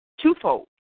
twofold